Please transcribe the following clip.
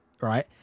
right